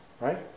Right